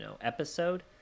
episode